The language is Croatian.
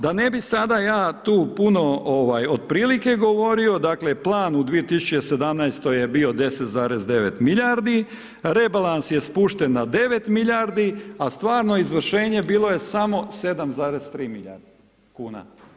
Da ne bi sada ja tu puno otprilike govorio, dakle plan u 2017. je bio 10,9 milijardi, rebalans je spušten na 9 milijardi a stvarno izvršenje bilo je samo 7,3 milijardi kuna.